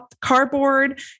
cardboard